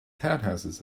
townhouses